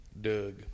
Doug